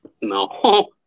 No